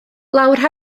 lawr